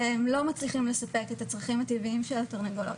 והם לא מצליחים לספק את הצרכים הטבעיים של התרנגולות.